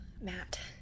Matt